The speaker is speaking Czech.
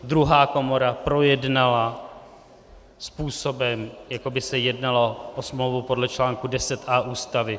Druhá komora projednala způsobem, jako by se jednalo o smlouvu podle čl. 10a Ústavy.